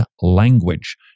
language